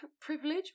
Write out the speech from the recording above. privilege